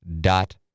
dot